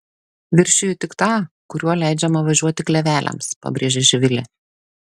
viršiju tik tą kuriuo leidžiama važiuoti kleveliams pabrėžė živilė